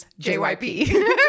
JYP